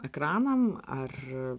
ekranam ar